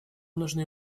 нужны